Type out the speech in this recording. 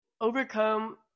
overcome